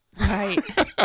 Right